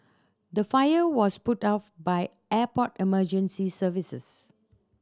the fire was put out by airport emergency services